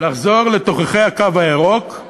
לחזור לתוככי הקו הירוק,